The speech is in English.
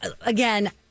Again